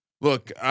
Look